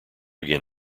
again